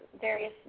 various